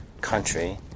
country